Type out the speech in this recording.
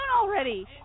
already